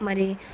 మరి